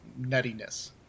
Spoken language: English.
nuttiness